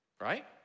right